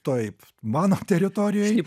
taip mano teritorijoj